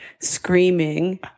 screaming